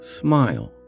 smile